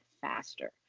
faster